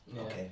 Okay